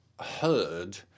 heard